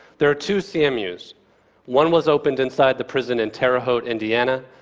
there are two cmus. one was opened inside the prison in terre haute, indiana,